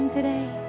today